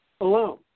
alone